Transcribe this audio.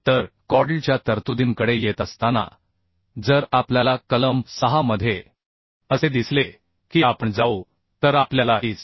तर कॉडलच्या तरतुदींकडे येत असताना जर आपल्याला कलम 6 मध्ये असे दिसले की आपण जाऊ तर आपल्याला IS